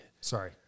Sorry